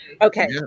Okay